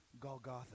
Golgotha